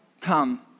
come